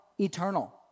eternal